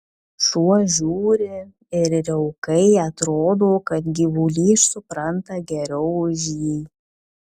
šuo žiūri ir riaukai atrodo kad gyvulys supranta geriau už jį